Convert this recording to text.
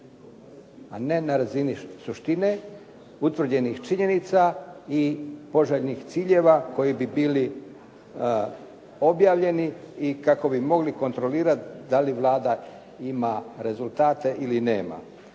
a ne na razini suštine, utvrđenih činjenica i poželjnih ciljeva koji bi bili objavljeni i kako bi mogli kontrolirati da li Vlada ima rezultate ili nema.